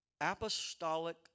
apostolic